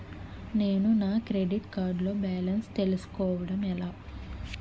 నేను నా credit card లో బాలన్స్ తెలుసుకోవడం ఎలా?